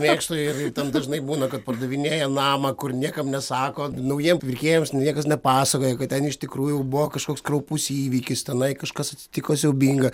mėgstu ir ten dažnai būna kad pardavinėja namą kur niekam nesako naujiem pirkėjams niekas nepasakoja kad ten iš tikrųjų buvo kažkoks kraupus įvykis tenai kažkas atsitiko siaubinga